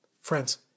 Friends